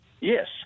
Yes